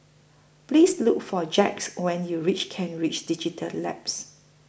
Please Look For Jacquez when YOU REACH Kent Ridge Digital Labs